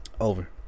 Over